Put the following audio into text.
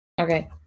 Okay